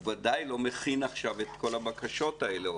הוא ודאי לא מכין עכשיו את כל הבקשות האלה.